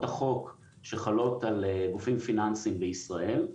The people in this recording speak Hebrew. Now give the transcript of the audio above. החוק שחלות על גופים פיננסיים בישראל,